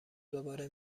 دوباره